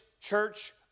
church